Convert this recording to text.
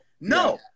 No